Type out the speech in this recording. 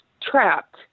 trapped